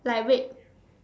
like red